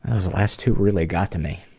those last two really got to me.